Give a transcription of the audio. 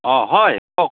অঁ হয় কওক